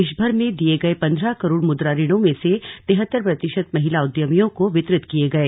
देशभर में दिए गए पंद्रह करोड़ मुद्रा ऋणों में से तिहत्तर प्रतिशत महिला उद्यमियों को वितरित किए गए